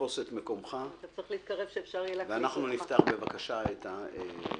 ואנחנו נפתח את הדיון.